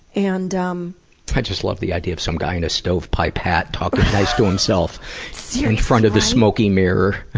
and um i just love the idea of some guy in a stovepipe hat talking nice to himself so in front of the smoky mirror.